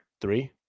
Three